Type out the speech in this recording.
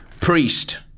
Priest